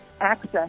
access